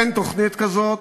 אין תוכנית כזאת,